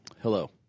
Hello